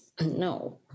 no